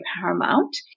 paramount